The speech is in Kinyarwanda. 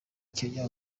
kenya